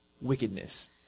Wickedness